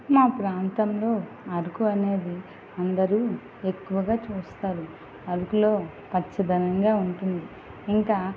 మా ప్రాంతంలో అరుకు అనేది అందరు ఎక్కువగా చూస్తారు అరకులో పచ్చదనంగా ఉంటుంది ఇంకా